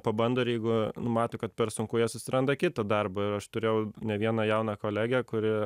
pabando ir jeigu nu mato kad per sunku jie susiranda kitą darbą ir aš turėjau ne vieną jauną kolegę kuri